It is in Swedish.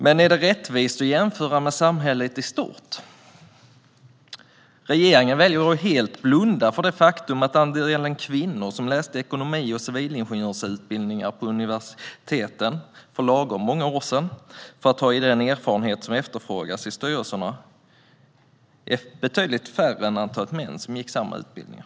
Men är det rättvist att jämföra med samhället i stort? Regeringen väljer att helt blunda för det faktum att antalet kvinnor som läst ekonomi eller civilingenjörsutbildningar på universiteten för lagom många år sedan, för att ha den erfarenhet som efterfrågas i styrelserna, är betydligt mindre än antalet män som gick samma utbildningar.